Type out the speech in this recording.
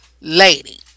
lady